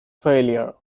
failure